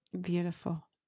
Beautiful